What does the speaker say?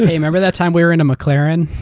remember that time we were in a mclaren?